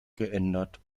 geändert